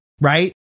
right